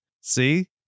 See